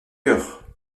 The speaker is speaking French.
coeur